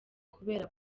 kubera